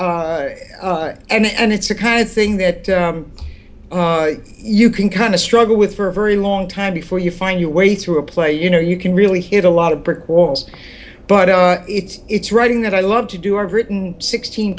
so and it's a kind of thing that you can kind of struggle with for a very long time before you find your way through a play you know you can really hit a lot of brick walls but it's it's writing that i love to do or britain sixteen